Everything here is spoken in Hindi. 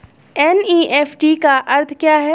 एन.ई.एफ.टी का अर्थ क्या है?